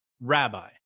rabbi